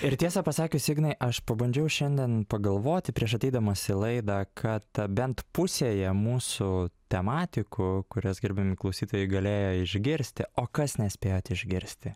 ir tiesą pasakius ignai aš pabandžiau šiandien pagalvoti prieš ateidamas į laidą kad bent pusėje mūsų tematikų kurias gerbiami klausytojai galėjo išgirsti o kas nespėjot išgirsti